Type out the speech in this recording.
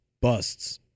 busts